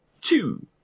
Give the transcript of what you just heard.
two